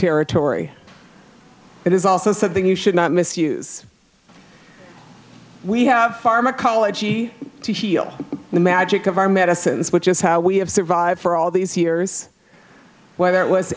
territory it is also something you should not misuse we have pharmacology to heal the magic of our medicines which is how we have survived for all these years whether it was